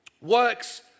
works